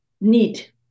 need